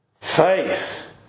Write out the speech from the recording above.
Faith